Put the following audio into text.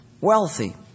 Wealthy